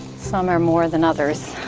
some are more than others.